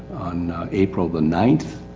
on april the ninth.